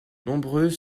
nombreux